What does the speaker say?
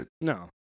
No